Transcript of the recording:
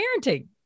parenting